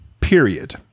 period